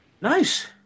Nice